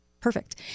perfect